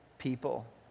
people